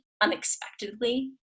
unexpectedly